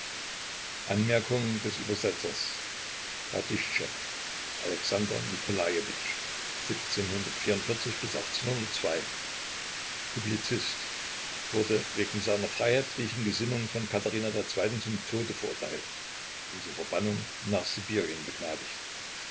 alexander nikolajewitsch publizist wurde wegen seiner freiheitlichen gesinnung von katharina ii zum tode verurteilt und zur verbannung nach sibirien begnadigt